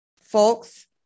folks